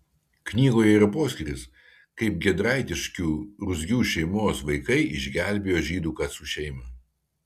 knygoje yra poskyris kaip giedraitiškių ruzgių šeimos vaikai išgelbėjo žydų kacų šeimą